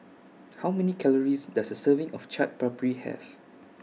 How Many Calories Does A Serving of Chaat Papri Have